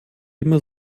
immer